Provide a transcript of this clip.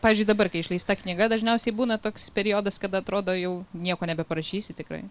pavyzdžiui dabar kai išleista knyga dažniausiai būna toks periodas kada atrodo jau nieko nebeparašysi tikrai